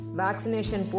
vaccination